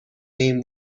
این